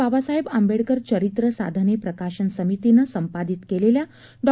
बाबासाहेब आंबेडकर चरित्र साधने प्रकाशन समितीनं संपादित केलेल्या डॉ